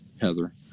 Heather